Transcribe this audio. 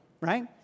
right